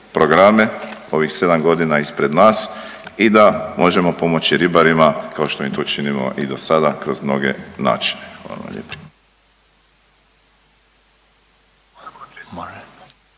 programe, ovih sedam godina ispred nas i da možemo pomoći ribarima kao što mi to činimo i do sada kroz mnoge načine. Hvala lijepo.